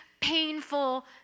painful